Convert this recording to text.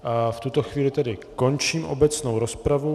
V tuto chvíli tedy končím obecnou rozpravu.